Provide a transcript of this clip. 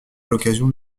l’occasion